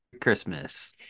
christmas